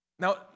Now